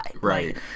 Right